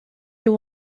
you